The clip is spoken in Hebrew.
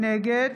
נגד